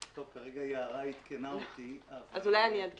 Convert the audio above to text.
כרגע יערה עדכנה אותי --- אז אולי אני אעדכן,